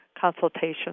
consultation